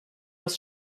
das